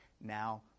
now